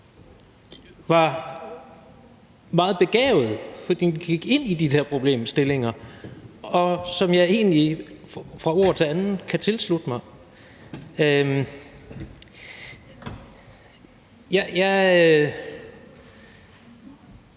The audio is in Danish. var meget begavet, for den gik ind i de der problemstillinger, og som jeg egentlig fra ord til anden kan tilslutte mig. Hvis